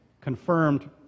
confirmed